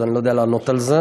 אז אני לא יודע לענות על זה.